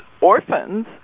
orphans